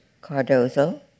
Cardozo